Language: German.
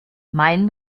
meinen